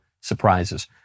surprises